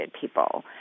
people